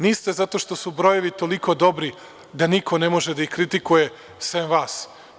Niste zato što su brojevi toliko dobri da niko ne može da ih kritikuje sem vas.